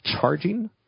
charging